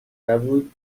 نبود